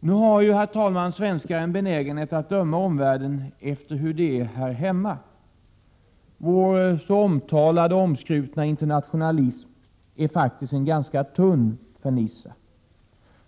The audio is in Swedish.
Nu har ju svenskar en benägenhet att döma omvärlden efter hur det är här hemma. Vår så omtalade och omskrutna internationalism är en ganska tunn fernissa.